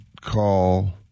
call